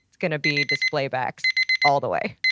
it's going to be display backs all the way?